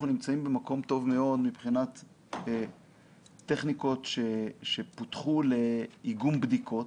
אנחנו נמצאים במוקם טוב מאוד מבחינת טכניקות שפותחו לאיגום בדיקות,